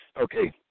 Okay